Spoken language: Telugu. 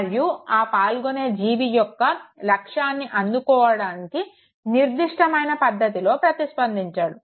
మరియు ఆ పాల్గొనే జీవి ఒక లక్ష్యాన్ని అందుకోడానికి నిర్ధిస్టమైన పద్దతిలో ప్రతిస్పందించాడు